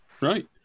Right